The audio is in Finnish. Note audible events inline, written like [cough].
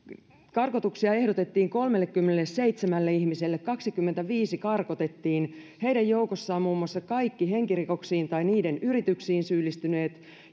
karkotuksia ehdotettiin kolmellekymmenelleseitsemälle ihmiselle kahteenkymmeneenviiteen karkotettiin heidän joukossaan muun muassa kaikki henkirikoksiin tai niiden yrityksiin syyllistyneet [unintelligible]